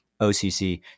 OCC